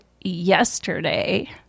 yesterday